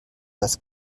das